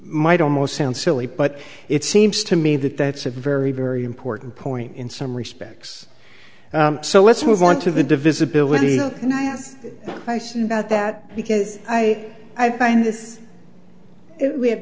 might almost sound silly but it seems to me that that's a very very important point in some respects so let's move on to the divisibility and i am nice about that because i i find this we have